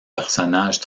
personnages